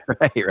Right